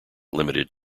limited